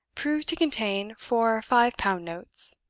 proved to contain four five-pound notes.